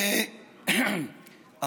ואולי דווקא בגלל שיש כאלה.